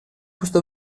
questo